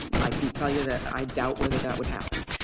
i can tell you that i doubt whether that would happen.